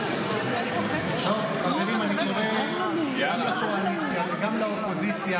אני קורא גם לקואליציה וגם לאופוזיציה